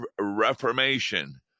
Reformation